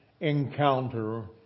encounter